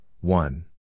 one